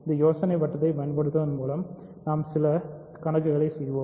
இந்த யோசனைகளின் வட்டத்தைப் பயன்படுத்துகிறது பின்னர் நாம் சில கணக்குகளை செய்வோம்